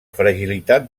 fragilitat